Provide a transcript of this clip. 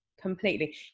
completely